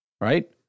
Right